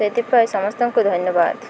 ସେଥିପାଇଁ ସମସ୍ତଙ୍କୁ ଧନ୍ୟବାଦ